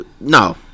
no